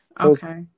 Okay